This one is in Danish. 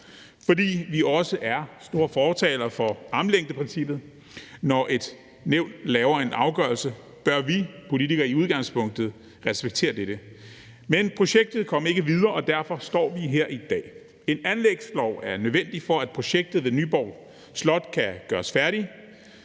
for vi er også store fortalere for armslængdeprincippet. Når et nævn laver en afgørelse, bør vi politikere i udgangspunktet respektere dette. Men projektet kom ikke videre, og derfor står vi her i dag. En anlægslov er nødvendig, for at projektet ved Nyborg Slot kan gøres færdigt.